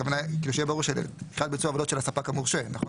הכוונה היא מבחינת ביצוע העבודות של הספק המורשה נכון?